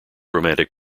romantic